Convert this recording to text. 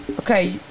okay